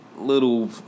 little